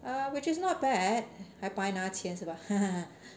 err which is not bad 还白拿钱是吧